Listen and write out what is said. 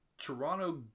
toronto